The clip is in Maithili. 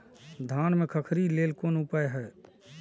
धान में खखरी लेल कोन उपाय हय?